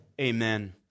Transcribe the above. Amen